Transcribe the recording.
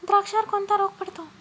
द्राक्षावर कोणता रोग पडतो?